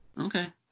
Okay